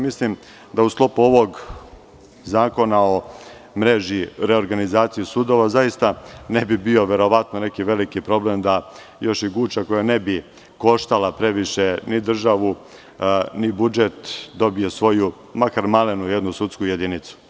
Mislim da u sklopu ovog zakona o mreži, o reorganizaciji sudova ne bi bio veliki problem da još i Guča, koja ne bi koštala previše ni državu, ni budžet, dobije svoju makar malenu sudsku jedinicu.